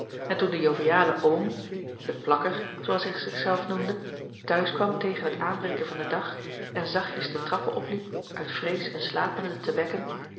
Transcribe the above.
en toen de joviale oom de plakker zooals hij zich zelf noemde thuis kwam tegen het aanbreken van den dag en zachtjes de trappen opliep uit vrees eene slapende te wekken